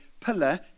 pillar